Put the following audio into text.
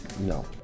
No